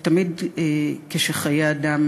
ותמיד כשחיי אדם